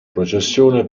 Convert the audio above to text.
processione